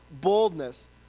boldness